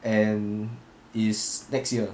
and it's next year